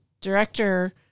director